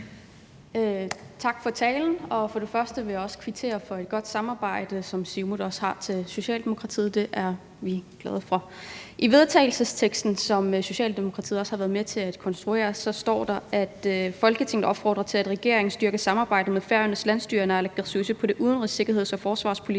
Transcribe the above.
Tak for talen. For det første vil jeg kvittere for et godt samarbejde, som Siumut har med Socialdemokratiet. Det er vi glade for. I vedtagelsesteksten, som Socialdemokratiet også har været med til at konstruere, står der, at Folketinget opfordrer til, at regeringen styrker samarbejdet med Færøernes landsstyre og naalakkersuisut på det udenrigs-, sikkerheds- og forsvarspolitiske